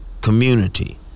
community